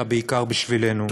אלא בעיקר בשבילנו.